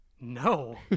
no